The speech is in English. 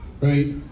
right